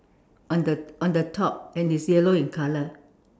on the on the top and it's yellow in colour